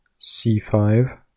c5